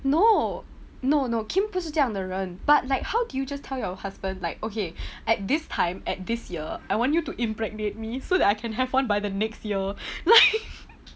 no no no kim 不是这样的人 but like how do you just tell your husband like okay at this time at this year I want you to impregnate me so that I can have one by the next year like